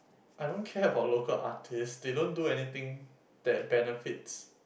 I don't care about local artists they don't do anything that benefits